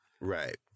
Right